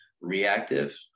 reactive